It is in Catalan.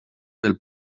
pel